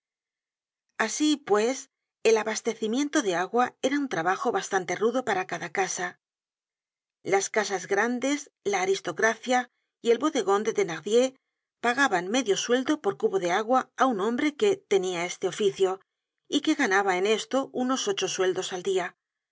asi pues el abastecimiento de agua era un trabajo bastante rudo para cada casa las casas grandes la aristocracia y el bodegon de thenardierpagaban medio sueldo por cubo de agua á un hombre que tenia este oficio y que ganaba en esto unos ocho sueldos al dia